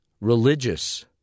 religious